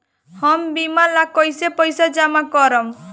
हम बीमा ला कईसे पईसा जमा करम?